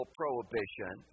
prohibition